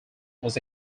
was